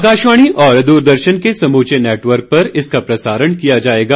आकाशवाणी और दूरदर्शन के समूचे नेटवर्क पर इसका प्रसारण किया जाएगा